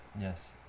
Yes